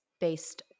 based